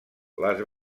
les